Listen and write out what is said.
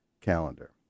calendar